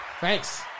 Thanks